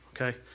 Okay